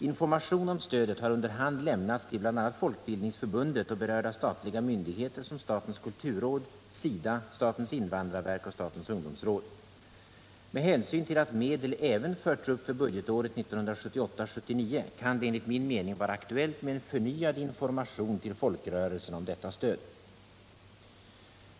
Information om stödet har under hand lämnats till bl.a. Folkbildningsförbundet och berörda statliga myndigheter som statens kulturråd, SIDA, statens invandrarverk och statens ungdomsråd. Med hänsyn till att medel även förts upp för budgetåret 1978/79 kan det enligt min mening vara aktuellt med en förnyad information till folkrörelserna om detta stöd.